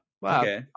Wow